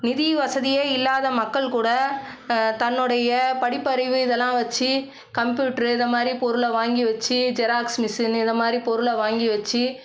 நிதி வசதியே இல்லாத மக்கள் கூட தன்னோடைய படிப்பு அறிவு இதெல்லாம் வச்சு கம்ப்யூட்ரு இதைமாரி பொருளை வாங்கி வச்சு ஜெராக்ஸ் மிஷினு இதைமாரி பொருளை வாங்கி வச்சு